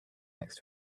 next